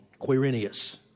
Quirinius